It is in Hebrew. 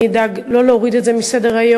אני אדאג לא להוריד את זה מסדר-היום,